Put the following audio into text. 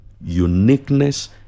uniqueness